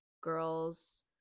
girls